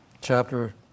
chapter